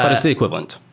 but it's the equivalent.